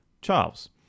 Charles